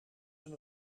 een